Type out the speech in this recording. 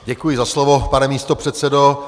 Děkuji za slovo, pane místopředsedo.